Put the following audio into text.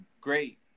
great